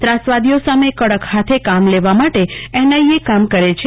ત્રાસવાદીઓ સામે કડક હાથે કામ લેવા માટે એનઆઇએ કામ કરે છે